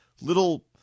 little